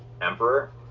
emperor